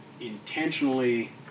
intentionally